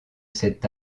cet